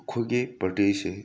ꯑꯩꯈꯣꯏꯒꯤ ꯄꯥꯔꯇꯤꯁꯦ